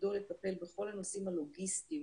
שתפקידו לטפל בכול הנושאים הלוגיסטיים